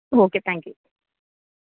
okay thank you